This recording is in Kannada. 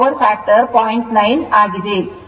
9 ಆಗಿದೆ